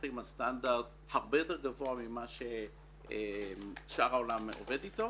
הולכים על סטנדרט הרבה יותר גבוה מזה ששאר העולם עובד אתו